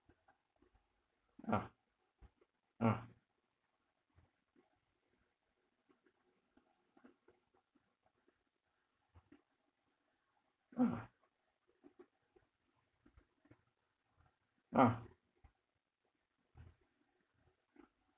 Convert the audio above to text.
ah ah ah ah